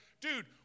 dude